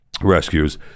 rescues